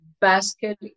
basket